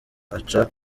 aca